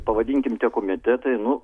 pavadinkim komitetai nu